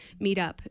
meetup